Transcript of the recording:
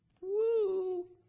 Woo